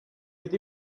with